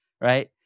right